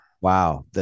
Wow